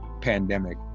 pandemic